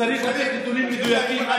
צריך לתת נתונים מדויקים.